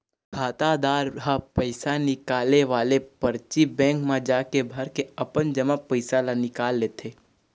खातादार ह पइसा निकाले वाले परची बेंक म जाके भरके अपन जमा पइसा ल निकाल लेथे